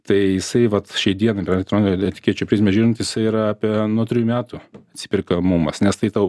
tai jisai vat šią dieną per elektroninių etikečių prizmę žiūrint jisai yra apie nuo trijų metų atsiperkamumas nes tai tau